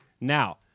Now